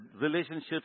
relationships